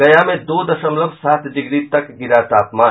गया में दो दशमलव सात डिग्री तक गिरा तापमान